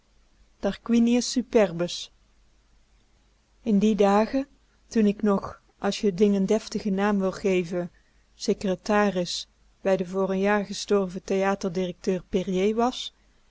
te zien in die dagen toen k nog als je t ding n deftigen naam wil geven secretaris bij den voor n jaar gestorven theaterdirecteur périer was